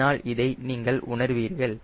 பின்னால் இதை நீங்கள் உணர்வீர்கள்